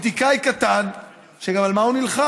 פוליטיקאי קטן, שגם על מה הוא נלחם?